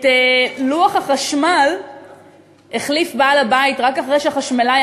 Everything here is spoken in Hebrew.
את לוח החשמל החליף בעל הבית רק אחרי שחשמלאי